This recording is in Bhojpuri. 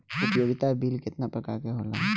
उपयोगिता बिल केतना प्रकार के होला?